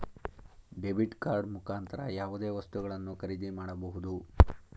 debit card ಮುಖಾಂತರ ಯಾವುದೇ ವಸ್ತುಗಳನ್ನು ಖರೀದಿ ಮಾಡಬಹುದು